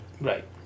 Right